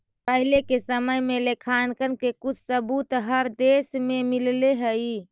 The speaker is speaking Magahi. पहिले के समय में लेखांकन के कुछ सबूत हर देश में मिलले हई